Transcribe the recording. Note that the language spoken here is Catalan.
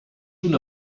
una